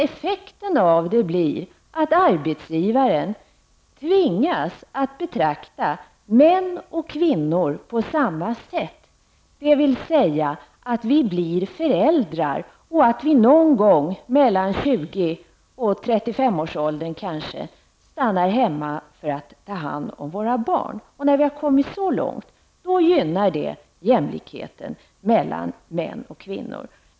Effekten blir i stället att arbetsgivaren tvingas betrakta män och kvinnor på samma sätt, dvs. inse att vi blir föräldrar och att vi någon gång i åldern mellan 20 och 35 stannar hemma för att ta hand om våra barn. När vi har kommit så långt gynnas jämlikheten mellan män och kvinnor.